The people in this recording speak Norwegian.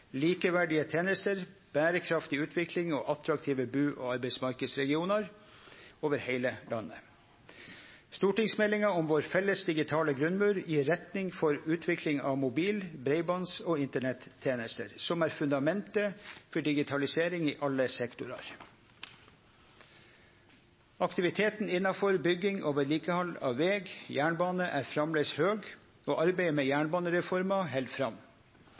likeverdige tenester, berekraftig utvikling og attraktive bu- og arbeidsregionar over heile landet. Stortingsmeldinga om vår felles digitale grunnmur gjev retning for utvikling av mobil-, breibands- og internettenester, som er fundamentet for digitalisering i alle sektorar. Aktiviteten innanfor bygging og vedlikehald av veg og jernbane er framleis høg, og arbeidet med jernbanereforma held fram.